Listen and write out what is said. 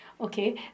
Okay